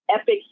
epic